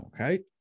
Okay